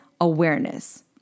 awareness